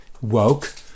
woke